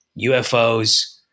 UFOs